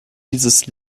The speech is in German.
dieses